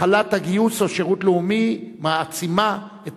החלת גיוס או שירות לאומי מעצימה את